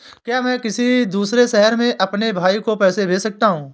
क्या मैं किसी दूसरे शहर में अपने भाई को पैसे भेज सकता हूँ?